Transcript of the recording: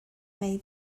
may